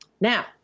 Now